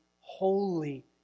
holy